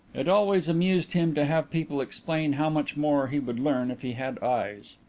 it always amused him to have people explain how much more he would learn if he had eyes.